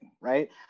right